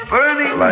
Burning